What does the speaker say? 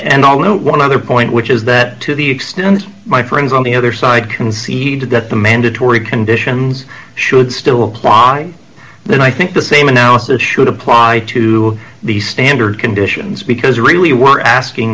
although one other point which is that to the extent my friends on the other side conceded that the mandatory conditions should still apply then i think the same analysis should apply to the standard conditions because really we're asking